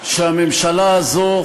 שהממשלה הזאת,